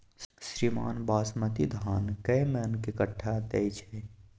श्रीमान बासमती धान कैए मअन के कट्ठा दैय छैय?